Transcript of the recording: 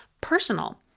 personal